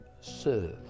serve